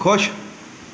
ਖੁਸ਼